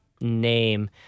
name